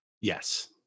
Yes